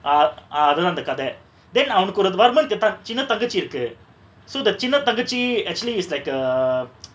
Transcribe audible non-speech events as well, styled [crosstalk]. ah அதா அந்த கத:atha antha katha then அவனுக்கு ஒரு:avanuku oru varman கு தான் சின்ன தங்கச்சி இருக்கு:ku than sinna thangachi iruku so the சின்ன தங்கச்சி:sinna thangachi actually is like err [noise]